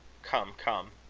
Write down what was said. come, come,